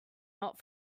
not